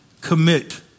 commit